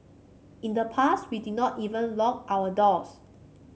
in the past we did not even lock our doors